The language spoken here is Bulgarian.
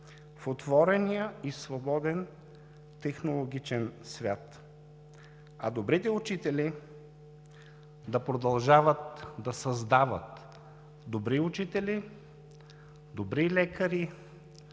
в отворения и свободен технологичен свят. А добрите учители да продължават да създават добри учители, добри лекари,